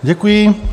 Děkuji.